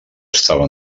estava